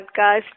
podcast